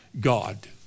God